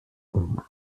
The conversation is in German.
omas